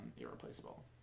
Irreplaceable